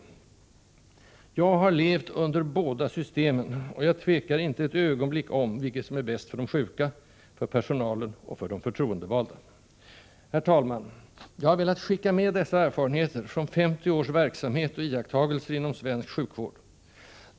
Jag har levt under båda systemen, och jag tvekar inte ett ögonblick om vilket som är bäst för de sjuka, för personalen och för de förtroendevalda. Herr talman! Jag har velat skicka med dessa erfarenheter från 50 års verksamhet och iakttagelser inom svensk sjukvård.